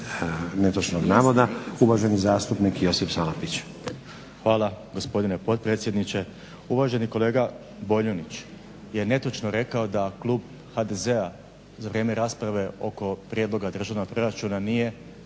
netočnog navoda, uvaženi zastupnik Josip Salapić. **Salapić, Josip (HDZ)** Hvala, gospodine potpredsjedniče. Uvaženi kolega Boljunčić je netočno rekao da klub HDZ-a za vrijeme rasprave oko prijedloga državnog proračuna nije